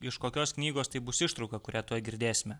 iš kokios knygos tai bus ištrauka kurią tuoj girdėsime